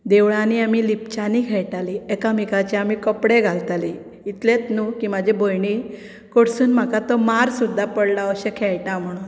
देवळांनी आमी लिपच्यांनी खेळटांली एकामेकाचे आमी कपडें घालतालीं इतलें नू की म्हजे भयणी कडसून म्हाका तो मार सुद्दां पडलां अशें ते खेळटा म्हणून